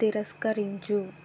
తిరస్కరించు